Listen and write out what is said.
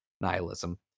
nihilism